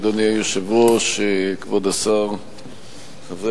או שאתה מקבל את